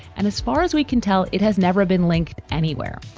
and as far as we can tell, it has never been linked anywhere.